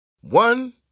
One